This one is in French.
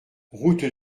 route